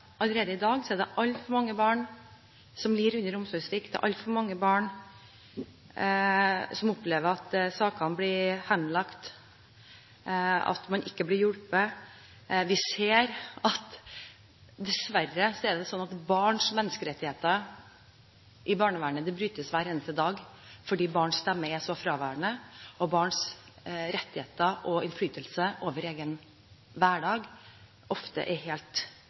allerede i dag er det altfor mange barn som lider under omsorgssvikt. Det er altfor mange barn som opplever at sakene blir henlagt, at de ikke blir hjulpet. Vi ser at det dessverre er sånn at barns menneskerettigheter i barnevernet brytes hver eneste dag, fordi barns stemme er så fraværende, og fordi barns rettigheter og innflytelse over egen hverdag ofte er helt